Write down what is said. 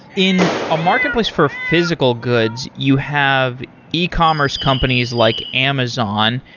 in a marketplace for physical goods, you have ecommerce companies like amazon.